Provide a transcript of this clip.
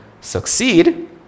succeed